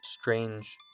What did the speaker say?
strange